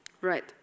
Right